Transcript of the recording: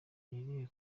irihe